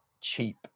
cheap